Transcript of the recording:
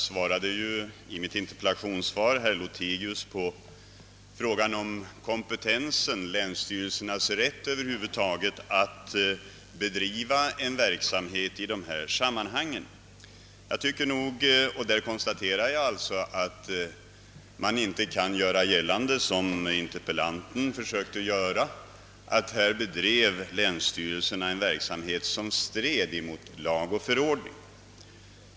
Herr talman! I mitt interpellationssvar gav jag herr Lothigius svar på frågan om kompetensen, länsstyrelsernas rätt att över huvud taget bedriva verksamhet i dessa sammanhang. Där konstaterar jag alltså, att man inte kan göra gällande att länsstyrelserna här bedriver en verksamhet som strider mot lag och förordning.